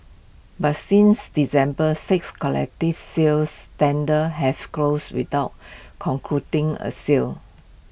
but since December six collective sales tenders have closed without concluding A sale